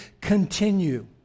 continue